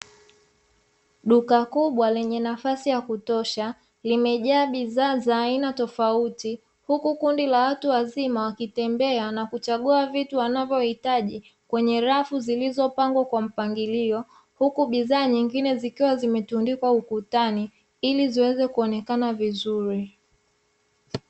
Duka kubwa lenye nafasi ya kutosha limejaa bidhaa za aina tofauti, huku kundi la watu wazima wakitembea na kuchagua vitu wanavyohitaji kwenye rafu zilizopangwa kwa mpangilio, huku bidhaa nyingine zikiwa zimetundikwa ukutani ili ziweze kuonekana vizuri.